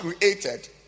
created